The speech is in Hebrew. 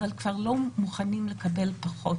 אבל כבר לא מוכנים לקבל פחות,